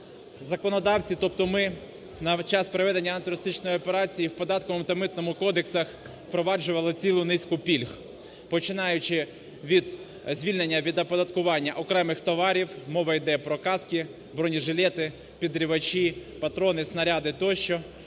Законодавці, тобто ми, на час проведення антитерористичної операції в Податковому та Митному кодексах впроваджували цілу низку пільг, починаючи від звільнення від оподаткування окремих товарів, мова йде про каски, бронежилети, підривачі, патрони, снаряди тощо,